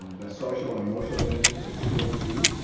the social and emotional benefits of school too,